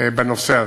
בנושא הזה.